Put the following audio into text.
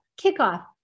kickoff